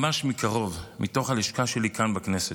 ממש מקרוב, מתוך הלשכה שלי כאן בכנסת,